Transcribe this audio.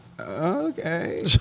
okay